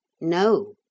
no